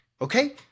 Okay